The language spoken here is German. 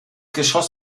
geschoss